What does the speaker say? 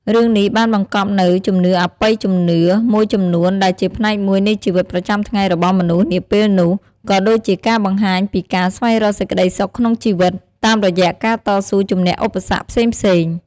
រឿងនេះបានបង្កប់នូវ ជំនឿអបិយជំនឿ មួយចំនួនដែលជាផ្នែកមួយនៃជីវិតប្រចាំថ្ងៃរបស់មនុស្សនាពេលនោះ ក៏ដូចជាការបង្ហាញពីការ ស្វែងរកសេចក្តីសុខក្នុងជីវិត តាមរយៈការតស៊ូជំនះឧបសគ្គផ្សេងៗ។